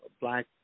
black